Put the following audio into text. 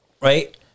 Right